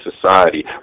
society